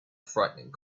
frightening